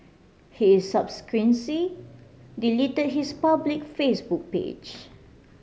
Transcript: he delete his public Facebook page